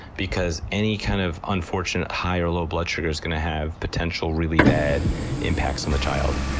because any kind of unfortunate high or low blood sugar is going to have potential really bad impacts on the child,